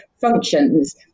functions